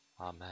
Amen